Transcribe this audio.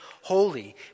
holy